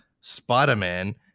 Spider-Man